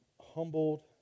humbled